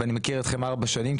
ואני מכיר אתכם כמעט ארבע שנים,